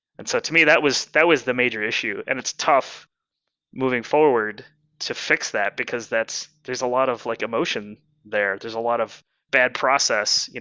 and so to me, that was that was the major issue, and it's tough moving forward to fix that, because there's a lot of like emotion there, there's a lot of bad process.